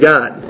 God